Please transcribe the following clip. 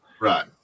Right